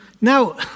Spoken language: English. Now